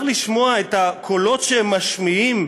צריך לשמוע את הקולות שהם משמיעים,